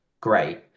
great